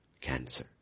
Cancer